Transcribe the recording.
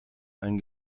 ein